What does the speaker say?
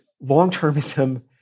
long-termism